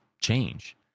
change